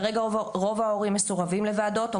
כרגע רוב ההורים מסורבים לוועדות או